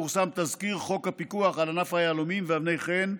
פורסם תזכיר חוק הפיקוח על ענף היהלומים ואבני חן,